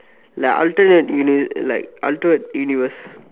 like alternate uni like alternate universe